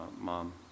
mom